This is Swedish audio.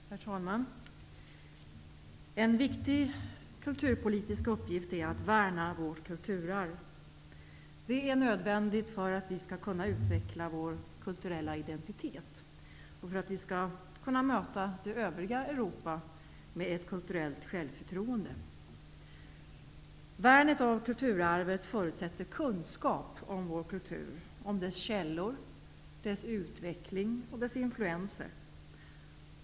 Herr talman! En viktig kulturpolitisk uppgift är att värna vårt kulturarv. Det är nödvändigt för att vi skall kunna utveckla vår kulturella identitet och för att vi skall kunna möta det övriga Europa med ett kulturellt självförtroende. Värnet av kulturarvet förutsätter kunskap om vår kultur, dess källor, dess utveckling och dess influenser.